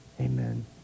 Amen